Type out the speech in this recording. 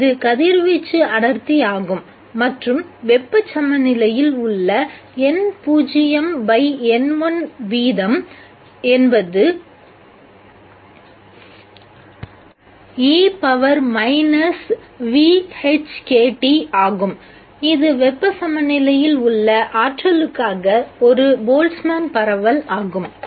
எனவே இது கதிர்வீச்சு அடர்த்தி ஆகும் மற்றும் வெப்பச் சமநிலையில் உள்ள N0N1 வீதம் என்பது ஆகும் இது வெப்பச் சமநிலையில் உள்ள ஆற்றலுக்காக ஒரு போல்டஸ்மன் பரவல் ஆகும்